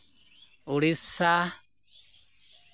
Odisha